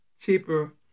cheaper